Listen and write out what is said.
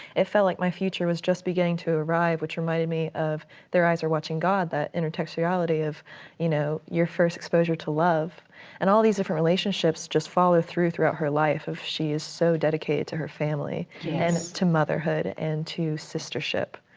it felt like my future was just beginning to arrive which reminded me of their eyes are watching god, that intertextuality of you know, your first exposure to love and all these different relationships just follow through throughout her life of she is so dedicated to her family and to motherhood and to sistership.